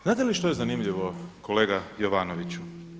Znate li što je zanimljivo kolega Jovanoviću?